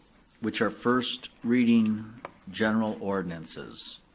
which are first reading general ordinances.